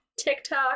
TikTok